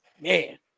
man